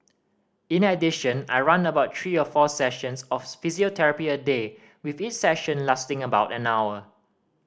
in addition I run about three or four sessions of physiotherapy a day with each session lasting about an hour